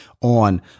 on